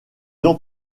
ont